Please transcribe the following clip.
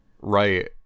Right